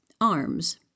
arms